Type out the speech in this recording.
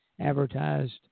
advertised